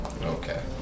okay